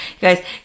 guys